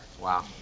Wow